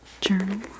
journal